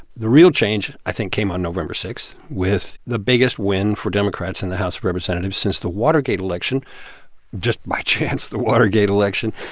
the real change, i think, came on november six with the biggest win for democrats in the house of representatives since the watergate election just by chance, the watergate election.